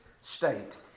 state